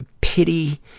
pity